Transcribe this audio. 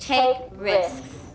take risks